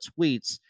tweets